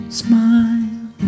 smile